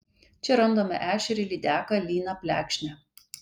čia randame ešerį lydeką lyną plekšnę